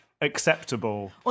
acceptable